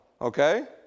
okay